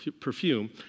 perfume